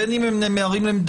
בין אם הם נאמרים למדובב,